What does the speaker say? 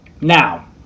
Now